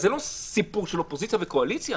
זה לא סיפור של אופוזיציה וקואליציה,